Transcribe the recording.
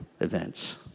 events